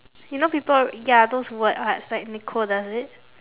you know people ya those word arts like nicole does it